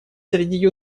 среди